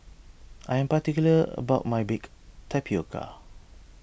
I am particular about my Baked Tapioca